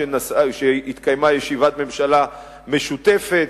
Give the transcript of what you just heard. כשהתקיימה ישיבת ממשלה משותפת,